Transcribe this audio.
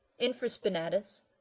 infraspinatus